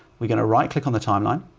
we're going to right click on the timeline,